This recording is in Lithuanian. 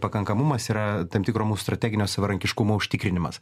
pakankamumas yra tam tikro mūsų strateginio savarankiškumo užtikrinimas